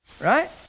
right